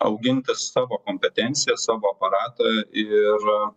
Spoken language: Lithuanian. augintis savo kompetencijas savo aparatą ir